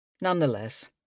Nonetheless